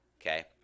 okay